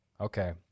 okay